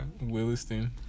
Williston